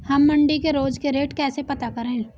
हम मंडी के रोज के रेट कैसे पता करें?